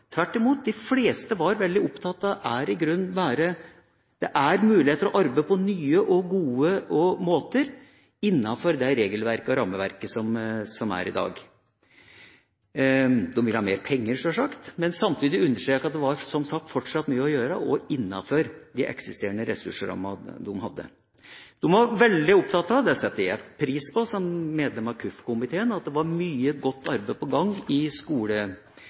Tvert imot, de fleste var veldig opptatt av at det er mulig å arbeide på nye og gode måter innenfor det regelverket og rammeverket som er i dag. De ville ha mer penger, sjølsagt, men samtidig understreket de at det, som sagt, fortsatt var mye å gjøre, også innenfor de eksisterende ressursrammene de hadde. De var veldig opptatt av – og det setter jeg pris på, som medlem av kirke-, utdannings- og forskningskomiteen – at det var mye godt arbeid på gang i